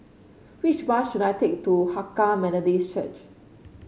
which bus should I take to Hakka Methodist Church